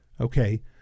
Okay